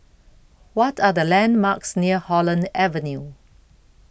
What Are The landmarks near Holland Avenue